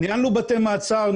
ניהלנו בתי מעצר,